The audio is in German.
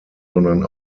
sondern